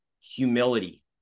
humility